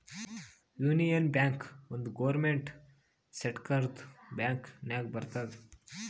union bank ಒಂದ್ government ಸೆಕ್ಟರ್ದು bank ನಾಗ್ ಬರ್ತುದ್